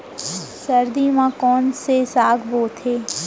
सर्दी मा कोन से साग बोथे?